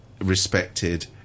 respected